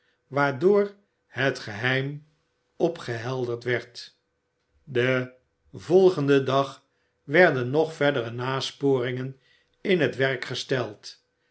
waardoor het geheim opgehelderd werd den volgenden dag werden nog verdere nasporingen in het werk gesteld